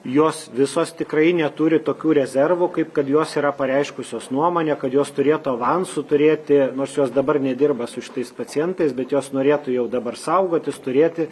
jos visos tikrai neturi tokių rezervų kaip kad jos yra pareiškusios nuomonę kad jos turėtų avansu turėti nors jos dabar nedirba su šitais pacientais bet jos norėtų jau dabar saugotis turėti